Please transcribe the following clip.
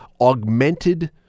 augmented